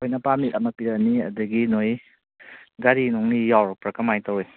ꯃꯣꯏꯅ ꯄꯥꯔꯃꯤꯠ ꯑꯃ ꯄꯤꯔꯛꯑꯅꯤ ꯑꯗꯒꯤ ꯅꯣꯏ ꯒꯥꯔꯤ ꯅꯨꯡꯂꯤ ꯌꯥꯎꯔꯛꯄ꯭ꯔꯥ ꯀꯃꯥꯏ ꯇꯧꯋꯤ